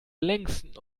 längsten